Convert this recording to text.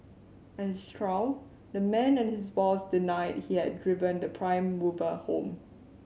at his trial the man and his boss denied he had driven the prime mover home